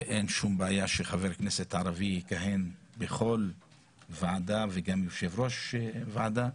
ואין שום בעיה שחבר כנסת ערבי יכהן בכל ועדה וגם כיושב-ראש ועדה.